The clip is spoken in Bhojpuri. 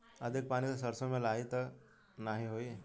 अधिक पानी से सरसो मे लाही त नाही होई?